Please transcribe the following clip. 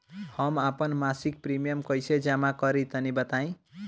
हम आपन मसिक प्रिमियम कइसे जमा करि तनि बताईं?